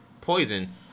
poison